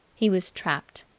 he was trapped.